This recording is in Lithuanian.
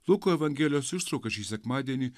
luko evangelijos ištrauka šį sekmadienį